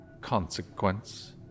consequence